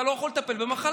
אתה לא יכול לטפל במחלה.